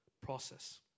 process